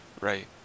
Right